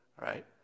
Right